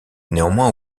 néanmoins